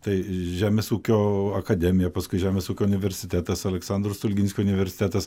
tai žemės ūkio akademija paskui žemės ūkio universitetas aleksandro stulginskio universitetas